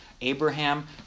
Abraham